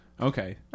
Okay